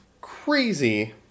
crazy